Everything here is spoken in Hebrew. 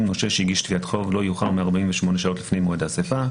נושה שהגיש תביעת חוב לא יאוחר מ-48 שעות לפני מועד האסיפה.